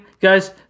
guys